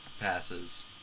passes